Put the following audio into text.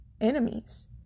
enemies